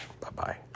Bye-bye